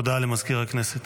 הודעה למזכיר הכנסת.